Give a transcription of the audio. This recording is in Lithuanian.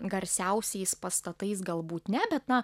garsiausiais pastatais galbūt ne bet na